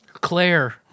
Claire